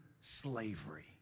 slavery